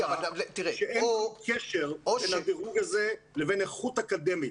שאין שום קשר בין הדירוג הזה לבין איכות אקדמית.